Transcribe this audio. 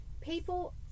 people